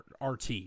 RT